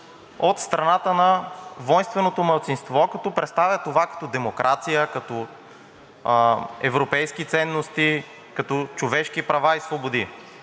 от страната на войнственото малцинство, като представя това като демокрация, като европейски ценности, като човешки права и свободи.